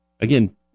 again